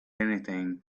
anything